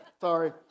sorry